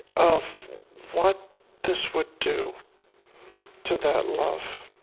of what this would do to that love.